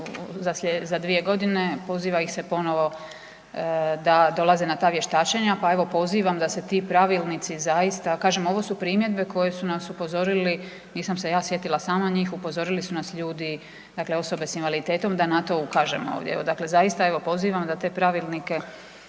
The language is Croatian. za dvije godine, poziva ih se ponovno da dolaze na ta vještačenja. Pa evo pozivam da se ti pravilnici zaista, kažem ovo su primjedbe na koje su nas upozorili, nisam se ja sjedila sama njih, upozorili su nas ljudi osobe s invaliditetom da na to ukažemo ovdje. Dakle, zaista pozivam da se ti pravilnici